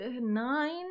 Nine